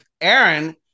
Aaron